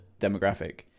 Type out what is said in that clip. demographic